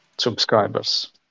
subscribers